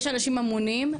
יש אנשים אמונים,